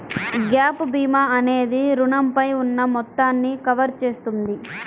gap భీమా అనేది రుణంపై ఉన్న మొత్తాన్ని కవర్ చేస్తుంది